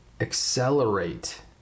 accelerate